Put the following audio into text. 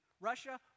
Russia